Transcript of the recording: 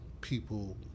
people –